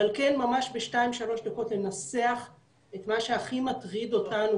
אבל כן בשתיים-שלוש דקות לנסח את מה שהכי מטריד אותנו